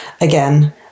again